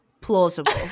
plausible